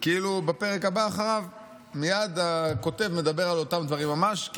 ובפרק הבא אחריו מייד הכותב מדבר על אותם דברים ממש,